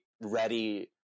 ready –